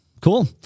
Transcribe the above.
cool